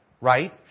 Right